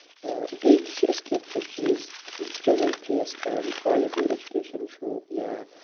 بیٚیہِ تہِ چھِ أسۍ کیٚنہہ کیٚنہہ چیٖز چیلیج فیس کران کولٹی اٮ۪جکیشن چھُ یا